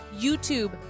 youtube